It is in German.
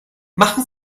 machen